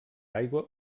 aigua